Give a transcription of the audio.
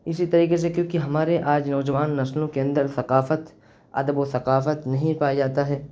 اسی طریقے سے کیونکہ ہمارے آج نوجوان نسلوں کے اندر ثقافت ادب و ثقافت نہیں پایا جاتا ہے